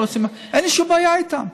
אין לי שום בעיה איתן,